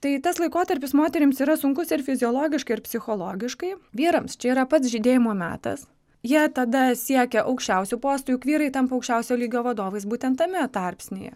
tai tas laikotarpis moterims yra sunkus ir fiziologiškai ir psichologiškai vyrams čia yra pats žydėjimo metas jie tada siekia aukščiausių postų juk vyrai tampa aukščiausio lygio vadovais būtent tame tarpsnyje